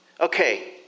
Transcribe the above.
Okay